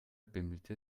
bimmelte